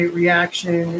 reaction